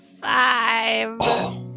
Five